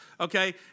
okay